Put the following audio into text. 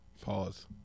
Pause